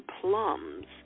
plums